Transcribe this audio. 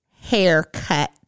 haircut